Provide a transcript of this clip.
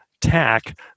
tack